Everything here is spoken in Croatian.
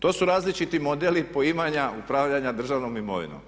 To su različiti modeli poimanja, upravljanja državnom imovinom.